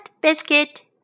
Biscuit